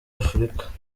afurika